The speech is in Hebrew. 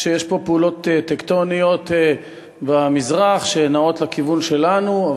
שיש פעולות טקטוניות במזרח שנעות בכיוון שלנו.